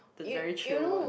the very chio one